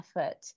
effort